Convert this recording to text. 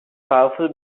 powerful